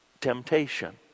Temptation